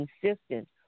consistent